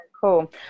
Cool